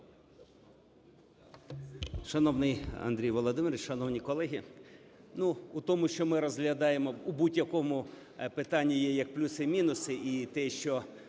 Шановний Андрій Володимирович, шановні колеги, ну, у тому, що ми розглядаємо, у будь-якому питанні є як плюси-мінуси,